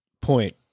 point